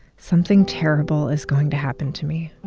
something terrible is going to happen to me.